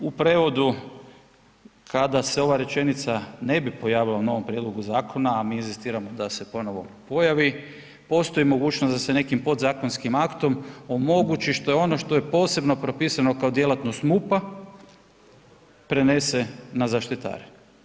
U prevodu kada se ova rečenica ne bi pojavila u novom prijedlogu zakona, a mi inzistiramo da se ponovo pojavi, postoji mogućnost da se nekim podzakonskim aktom omogući što je ono što je posebno propisano kao djelatnost MUP-a prenese na zaštitare.